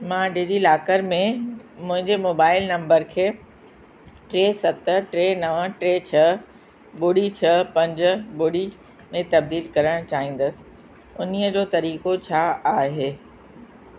मां डिजिलॉकर में मुंहिंजे मोबाइल नंबर खे टे सत टे नव टे छह ॿुड़ी छह पंज ॿुड़ी में तब्दील करणु चाहींदसि उन जो तरीक़ो छा आहे